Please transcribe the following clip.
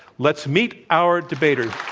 let's meet our debaters,